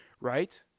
right